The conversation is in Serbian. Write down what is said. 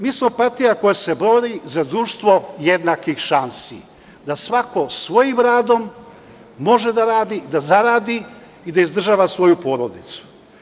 Mi smo partija koja se bori za društvo jednakih šansi, da svako svojim radom može da radi da zaradi i da izdržava svoju porodicu.